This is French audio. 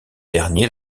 derniers